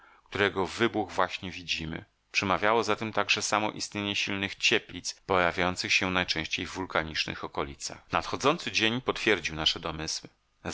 którego wybuch właśnie widzimy przemawiało za tym także samo istnienie silnych cieplic pojawiających się najczęściej w wulkanicznych okolicach nadchodzący dzień potwierdził nasze domysły